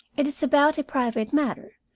it is about a private matter.